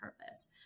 purpose